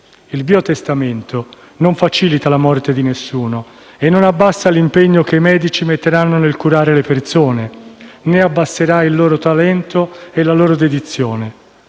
Il biotestamento non facilita la morte di nessuno e non abbassa l'impegno che i medici metteranno nel curare le persone, né abbasserà il loro talento e la loro dedizione.